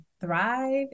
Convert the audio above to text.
thrive